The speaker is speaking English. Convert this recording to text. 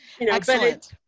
Excellent